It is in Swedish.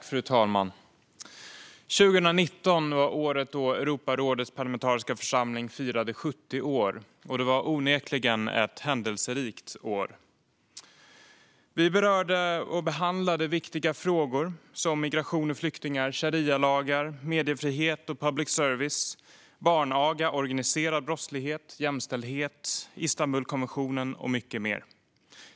Fru talman! Förra året, 2019, var året då Europarådets parlamentariska församling firade 70 år. Det var onekligen ett händelserikt år. Vi berörde och behandlade viktiga frågor som migration och flyktingar, sharialagar, mediefrihet och public service, barnaga, organiserad brottslighet, jämställdhet, Istanbulkonventionen och mycket mer.